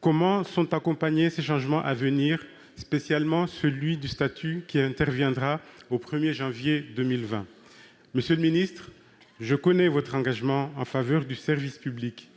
Comment sont accompagnés ces changements à venir et, en particulier, celui du statut, qui interviendra le 1 janvier 2020 ? Monsieur le secrétaire d'État, je connais votre engagement en faveur du service public.